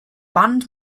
band